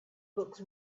books